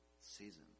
season